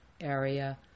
area